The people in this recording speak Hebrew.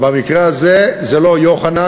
במקרה הזה זה לא יוחנן,